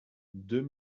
deux